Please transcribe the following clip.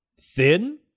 thin